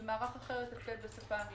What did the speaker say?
ומערך אחר יתפקד בשפה האנגלית.